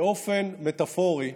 באופן מטפורי,